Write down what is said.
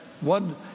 one